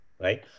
right